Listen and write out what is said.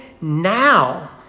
now